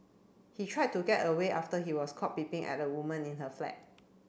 he tried to get away after he was caught peeping at a woman in her flat